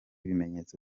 bimenyetso